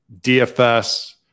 DFS